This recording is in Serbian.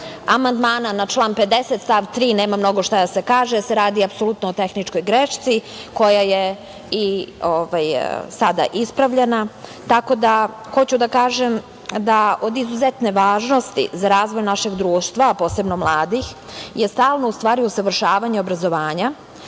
amandmana na član 50. stav 3. nema mnogo šta da se kaže, jer se radi apsolutno o tehničkoj grešci koja je sada ispravljena. Hoću da kažem, da je od izuzetne važnosti za razvoj našeg društva, a posebno mladih, je stalno usavršavanje obrazovanja